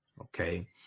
Okay